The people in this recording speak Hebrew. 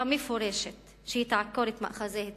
מפורשת שהיא תעקור את מאחזי ההתיישבות,